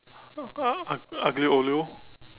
Aglio-Olio